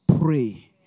pray